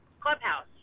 Clubhouse